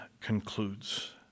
concludes